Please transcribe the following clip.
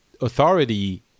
authority